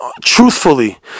truthfully